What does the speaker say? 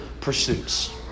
pursuits